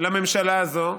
לממשלה הזאת.